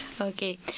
Okay